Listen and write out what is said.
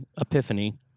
epiphany